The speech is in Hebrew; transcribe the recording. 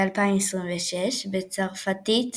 2026; בצרפתית